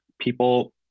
people